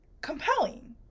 compelling